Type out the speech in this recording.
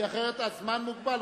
כי אחרת, הזמן מוגבל.